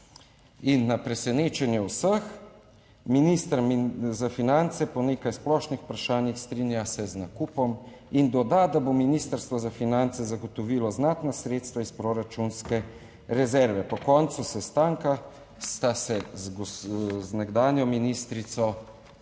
In na presenečenje vseh minister za finance po nekaj splošnih vprašanjih strinja se z nakupom in doda, da bo Ministrstvo za finance zagotovilo znatna sredstva iz proračunske rezerve. Po koncu sestanka sta se z nekdanjo ministrico